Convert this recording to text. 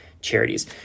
charities